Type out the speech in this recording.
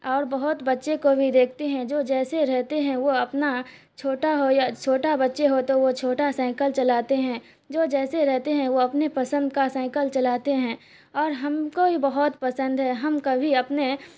اور بہت بچے کو بھی دیکھتے ہیں جو جیسے رہتے ہیں وہ اپنا چھوٹا ہو یا چھوٹا بچے ہو تو وہ چھوٹا سائیکل چلاتے ہیں جو جیسے رہتے ہیں وہ اپنے پسند کا سائیکل چلاتے ہیں اور ہم کو ہی بہت پسند ہے ہم کبھی اپنے